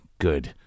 good